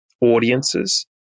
audiences